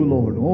Lord